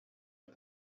est